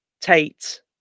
Tate